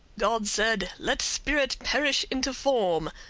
god said let spirit perish into form,